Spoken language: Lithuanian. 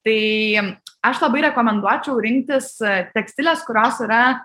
tai aš labai rekomenduočiau rinktis tekstiles kurios yra